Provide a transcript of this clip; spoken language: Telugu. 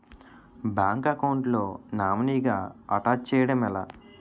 బ్యాంక్ అకౌంట్ లో నామినీగా అటాచ్ చేయడం ఎలా?